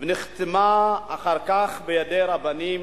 ונחתמה אחר כך בידי רבנים,